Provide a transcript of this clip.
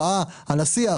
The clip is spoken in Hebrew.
ראה את השיח,